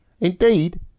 Indeed